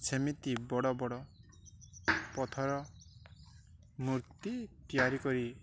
ସେମିତି ବଡ଼ ବଡ଼ ପଥର ମୂର୍ତ୍ତି ତିଆରି କରି